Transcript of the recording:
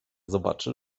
zobaczył